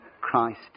Christ